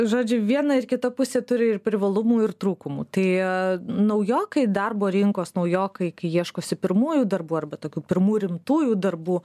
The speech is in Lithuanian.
žodžiu viena ir kita pusė turi ir privalumų ir trūkumų tie naujokai darbo rinkos naujokai kai ieškosi pirmųjų darbų arba tokių pirmų rimtųjų darbų